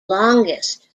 longest